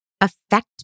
affect